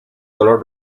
color